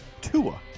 Tua